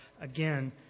Again